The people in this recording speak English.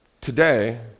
today